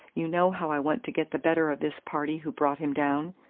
you know how i want to get the better of this party who brought him down.